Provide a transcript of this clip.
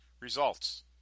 Results